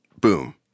boom